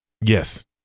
Yes